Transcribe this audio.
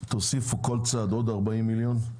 כל צד יוסיף עוד 40 מיליון.